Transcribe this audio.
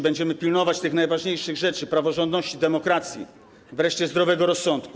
Będziemy pilnować tych najważniejszych rzeczy: praworządności, demokracji, wreszcie zdrowego rozsądku.